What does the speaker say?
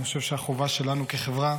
אני חושב שהחובה שלנו כחברה